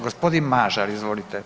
Gospodin Mažar, izvolite.